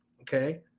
Okay